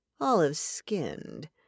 olive-skinned